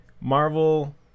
Marvel